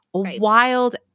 Wild